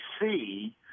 see